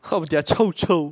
or their 臭臭